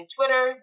Twitter